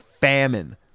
famine